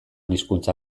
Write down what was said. hizkuntza